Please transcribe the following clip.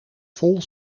vol